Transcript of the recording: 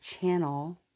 channel